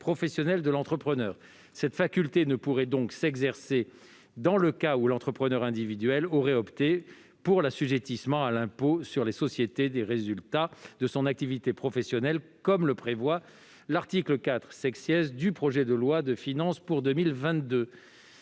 professionnelle de l'entrepreneur. Cette faculté ne pourrait donc s'exercer dans le cas où l'entrepreneur individuel aurait opté pour l'assujettissement à l'impôt sur les sociétés des résultats de son activité professionnelle, comme le prévoit l'article 4 du projet de loi de finances pour 2022.